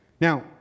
Now